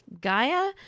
Gaia